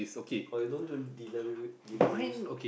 or you don't do delivery deliveries